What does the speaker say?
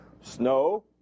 Snow